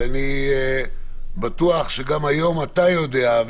אני בטוח שגם היום אתה יודע,